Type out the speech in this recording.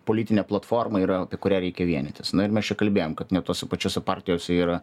politinė platforma yra apie kurią reikia vienytis na ir mes čia kalbėjom kad net tose pačiose partijose yra